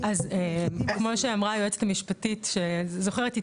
אז כמו שאמרה היועצת המשפטית שזוכרת אותי